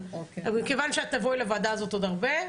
אבל מכיוון שאת תבואי לוועדה הזאת עוד הרבה.